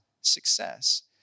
success